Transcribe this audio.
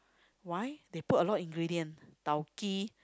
why they put a lot of ingredient tao-kee